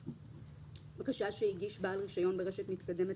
(4)בקשה שהגיש בעל רישיון ברשת מתקדמת,